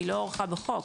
היא לא הוארכה בחוק.